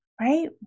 right